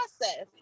process